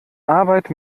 arbeit